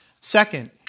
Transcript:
Second